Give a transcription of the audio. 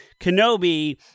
Kenobi